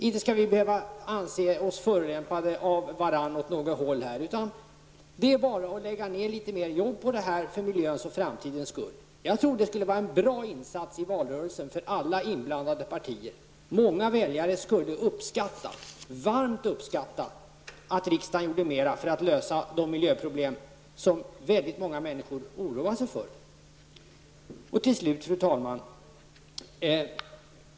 Inte skall vi behöva anse oss förolämpade av varandra åt något håll. Det är bara att lägga ned litet mer jobb på detta, för miljöns och framtidens skull. Jag tror att det skulle vara en bra insats i valrörelsen för alla inblandade partier. Många väljare skulle varmt uppskatta att riksdagen gjorde mer för att lösa de miljöproblem som väldigt många människor oroar sig för. Fru talman!